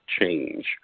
change